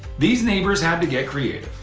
these neighbors had to get creative.